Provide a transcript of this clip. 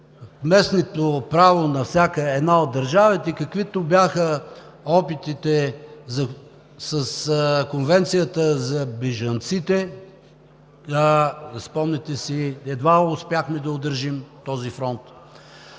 местното право на всяка една от държавите, каквито бяха опитите с Конвенцията за бежанците – спомняте си, едва успяхме да удържим този фронт.